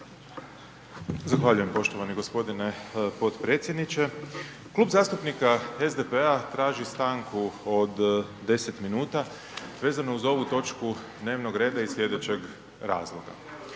Zahvaljujem poštovani gospodine potpredsjedniče. Klub zastupnika SDP-a traži stanku od 10 minuta vezano uz ovu točku dnevnog reda iz slijedećeg razloga.